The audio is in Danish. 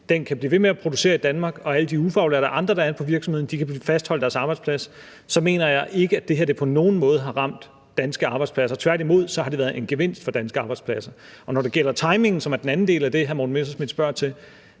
kan blive ved med at producere i Danmark, og at alle de andre ufaglærte, der er på virksomheden, kan blive fastholdt i deres arbejdsplads, så mener jeg ikke, at det her på nogen måde har ramt danske arbejdspladser. Tværtimod har det været en gevinst for danske arbejdspladser. Når det gælder timingen, som er den anden del af det, hr. Morten Messerschmidt spørger til,